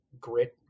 Grit